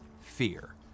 fear